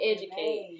Educate